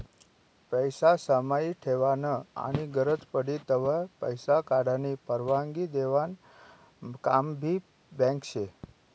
पैसा समाई ठेवानं आनी गरज पडी तव्हय पैसा काढानी परवानगी देवानं काम भी बँक शे